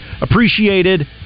appreciated